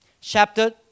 chapter